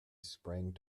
sprang